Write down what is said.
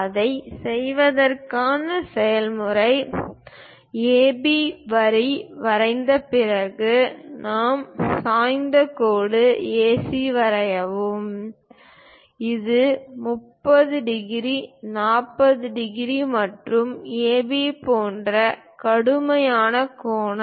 இதைச் செய்வதற்கான செயல்முறை AB வரி வரைந்த பிறகு ஒரு சாய்ந்த கோடு ஏசி வரையவும் இது 30 டிகிரி 40 டிகிரி மற்றும் AB போன்ற கடுமையான கோணம்